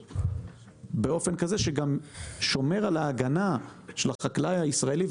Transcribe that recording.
באופן כזה שגם מגן על החקלאי הישראלי,